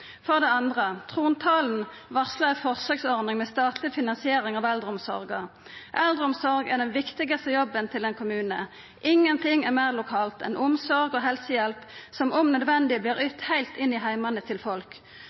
For det andre: Trontalen varslar ei forsøksordning med statleg finansiering av eldreomsorga. Eldreomsorg er den viktigaste jobben til ein kommune. Ingen ting er meir lokalt enn omsorg og helsehjelp, som om nødvendig vert ytt heilt inn i heimane til folk.